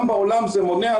גם בעולם זה מונע,